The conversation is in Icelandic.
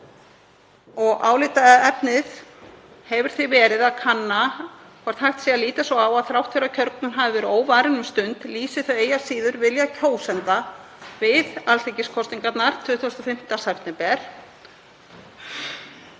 Álitaefnið hefur því verið að kanna hvort hægt sé að líta svo á að þrátt fyrir að kjörgögn hafi verið óvarin um stund lýsi þau eigi að síður vilja kjósenda við alþingiskosningarnar 25. september.